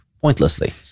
pointlessly